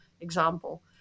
example